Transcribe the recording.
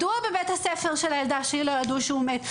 מדוע בבית הספר של הילדה שלי לא ידעו שהוא מת?